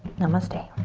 namaste. day